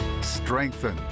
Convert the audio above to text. strengthen